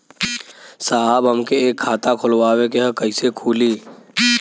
साहब हमके एक खाता खोलवावे के ह कईसे खुली?